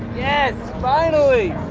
yes, finally!